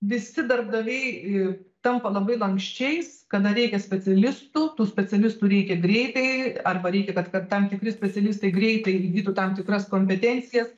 visi darbdaviai tampa labai lanksčiais kada reikia specialistų tų specialistų reikia greitai arba reikia kad tam tikri specialistai greitai įgytų tam tikras kompetencijas